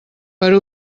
per